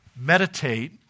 Meditate